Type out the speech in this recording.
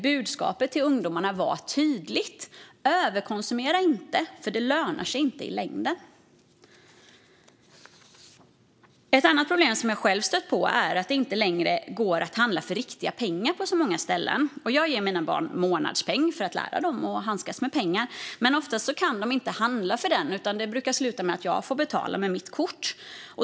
Budskapet till ungdomarna var där tydligt: Överkonsumera inte för det lönar sig inte i längden. Ett annat problem jag själv stött på är att det på många ställen inte längre går att handla för riktiga pengar. Jag ger mina barn månadspeng för att lära dem att handskas med pengar, men oftast kan de inte handla för den, utan det brukar sluta med att jag får betala med mitt kort.